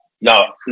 No